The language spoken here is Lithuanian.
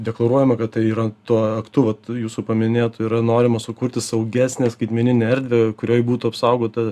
deklaruojama kad tai yra tuo aktu vat jūsų paminėtu yra norima sukurti saugesnę skaitmeninę erdvę kurioj būtų apsaugota